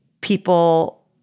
people